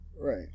Right